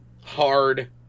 hard